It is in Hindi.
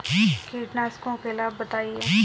कीटनाशकों के लाभ बताएँ?